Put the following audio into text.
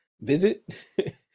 visit